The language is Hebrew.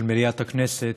של מליאת הכנסת,